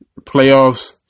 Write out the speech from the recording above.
Playoffs